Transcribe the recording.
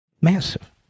Massive